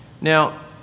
Now